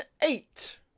eight